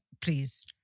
Please